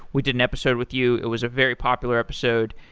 we did an episode with you. it was a very popular episode.